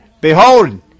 Behold